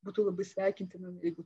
būtų labai sveikintina jeigu